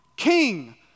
King